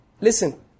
Listen